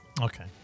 okay